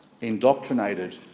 indoctrinated